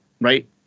right